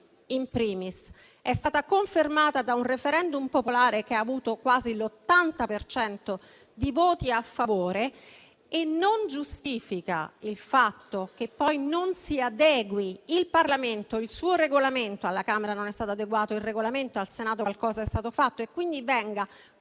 tutti ed è stata confermata da un *referendum* popolare che ha avuto quasi l'80 per cento di voti a favore e che non giustifica il fatto che poi non si adegui il Parlamento ed il suo Regolamento (alla Camera non è stato adeguato il Regolamento, al Senato qualcosa è stato fatto) e che quindi venga boicottata